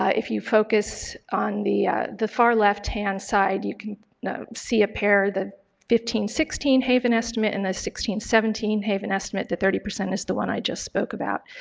ah if you focus on the the far left-hand side you can see a pair, the fifteen sixteen haven estimate and the sixteen seventeen haven estimate, the thirty percent is the one i just spoke about,